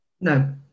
No